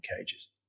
cages